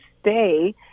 stay